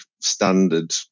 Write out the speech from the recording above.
standard